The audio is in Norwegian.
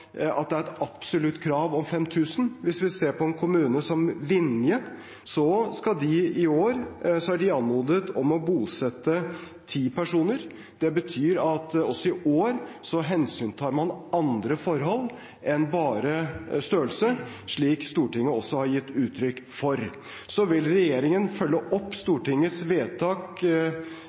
de i år anmodet om å bosette ti personer. Det betyr at også i år hensyntar man andre forhold enn bare størrelse, slik Stortinget også har gitt uttrykk for. Så vil regjeringen følge opp Stortingets vedtak